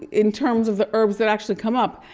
in terms of the herbs that actually come up,